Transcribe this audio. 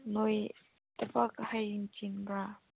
ꯅꯣꯏ ꯊꯕꯛ ꯍꯌꯦꯡ ꯆꯤꯟꯕ꯭ꯔꯥ